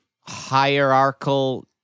hierarchical